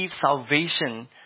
salvation